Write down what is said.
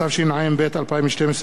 התשע"ב-2012,